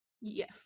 Yes